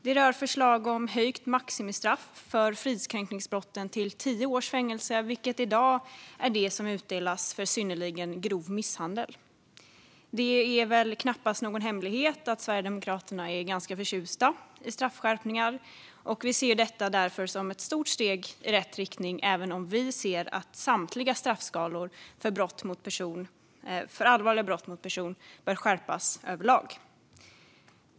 Det rör förslag om höjt maximistraff för fridskränkningsbrotten till tio års fängelse, vilket i dag är det som utdelas för synnerligen grov misshandel. Det är knappast någon hemlighet att Sverigedemokraterna är ganska förtjusta i straffskärpningar. Vi ser detta som ett stort steg i rätt riktning även om vi anser att samtliga straffskalor för allvarliga brott mot person bör skärpas överlag.